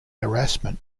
harassment